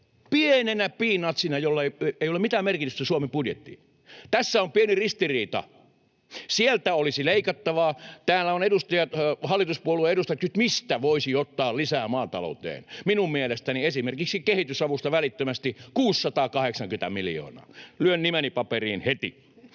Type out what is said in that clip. pienenä peanutsina, jolla ei ole mitään merkitystä Suomen budjetille. Tässä on pieni ristiriita. Sieltä olisi leikattavaa. Täällä ovat hallituspuolueen edustajat kysyneet, mistä voisi ottaa lisää maatalouteen — minun mielestäni esimerkiksi kehitysavusta välittömästi 680 miljoonaa. Lyön nimeni paperiin heti.